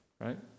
Right